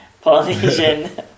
Polynesian